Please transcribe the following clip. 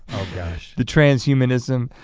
gosh. the trans-humanism.